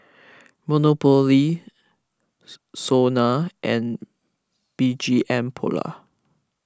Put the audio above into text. Monopoly Sona and B G M Polo